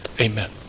amen